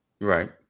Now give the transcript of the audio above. Right